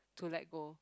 to let go